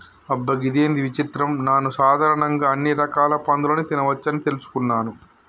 అబ్బ గిదేంది విచిత్రం నాను సాధారణంగా అన్ని రకాల పందులని తినవచ్చని తెలుసుకున్నాను